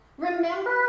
Remember